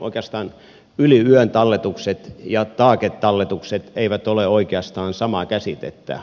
yli yön talletukset ja target talletukset eivät ole oikeastaan samaa käsitettä